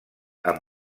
amb